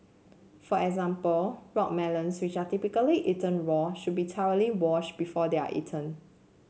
for example rock melons which are typically eaten raw should be thoroughly washed before they are eaten